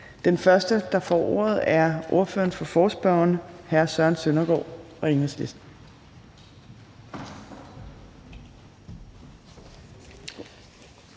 Den første, der får ordet, er ordføreren for forespørgerne, hr. Søren Søndergaard, Enhedslisten.